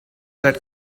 that